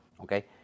Okay